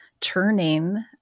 turning